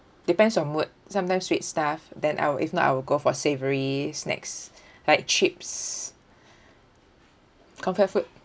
depends on mood sometimes sweet stuff than I will if not I will go for savoury snacks like chips comfort food